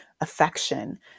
affection